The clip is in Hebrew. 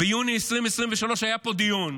ביוני 2023 היה פה דיון.